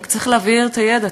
רק צריך להביא את הידע,